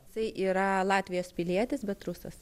jisai yra latvijos pilietis bet rusas